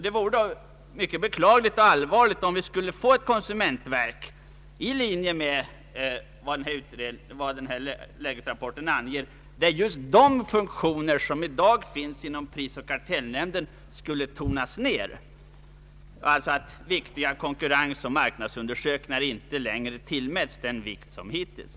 Det vore mycket beklagligt och allvarligt om vi skulle få ett konsumentverk i linje med vad denna lägesrapport anger, där just de funktioner som i dag finns inom Pprisoch kartellnämnden skulle tonas ner, att alltså viktiga konkurrensoch marknadsundersökningar inte längre skulle tillmätas samma vikt som hittills.